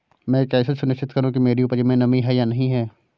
मैं कैसे सुनिश्चित करूँ कि मेरी उपज में नमी है या नहीं है?